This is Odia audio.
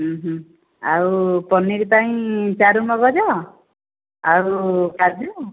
ଆଉ ପନୀର ପାଇଁ ଚାରୁମଗଜ ଆଉ କାଜୁ